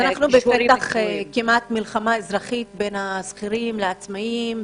אנחנו בכמעט מלחמה אזרחית בין השכירים לעצמאים,